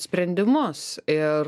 sprendimus ir